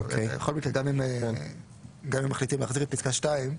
בכל מקרה, גם אם מחליטים להחזיר את פסקה (2),